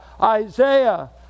Isaiah